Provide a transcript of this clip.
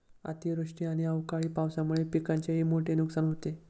अतिवृष्टी आणि अवकाळी पावसामुळे पिकांचेही मोठे नुकसान होते